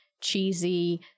cheesy